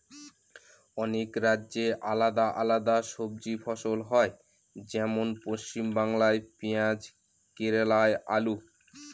অনেক রাজ্যে আলাদা আলাদা সবজি ফসল হয়, যেমন পশ্চিমবাংলায় পেঁয়াজ কেরালায় আলু